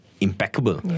impeccable